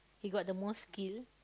he got the most kill